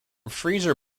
freezer